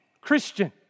Christian